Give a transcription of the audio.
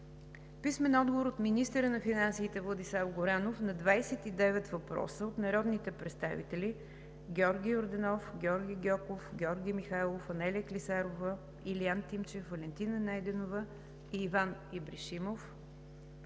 Ибришимов; - министъра на финансите Владислав Горанов на 29 въпроса от народните представители Георги Йорданов, Георги Гьоков, Георги Михайлов, Анелия Клисарова, Илиян Тимчев, Валентина Найденова и Иван Ибришимов;